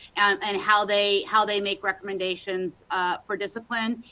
and, how they how they make recommendations for discipline.